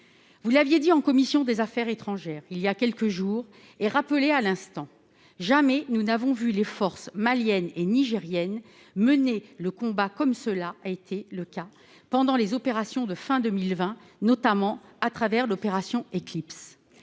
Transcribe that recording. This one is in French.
Vous l'avez dit en commission des affaires étrangères il y a quelques jours et vous l'avez rappelé à l'instant, madame la ministre :« Jamais nous n'avons vu les forces maliennes et nigériennes mener le combat comme cela a été le cas pendant les opérations de fin 2020 et notamment à travers l'opération Éclipse.